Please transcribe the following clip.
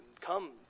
Come